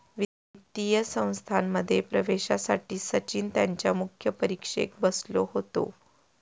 वित्तीय संस्थांमध्ये प्रवेशासाठी सचिन त्यांच्या मुख्य परीक्षेक बसलो होतो